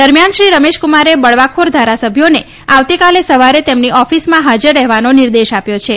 દરમિયાન શ્રી રમેશકુમારે બળવાખોર ધારાસભ્યોને આવતીકાલે સવારે તેમની ઓફિસમાં ફાજર રહેવાનો નિર્દેશ આપ્યો છે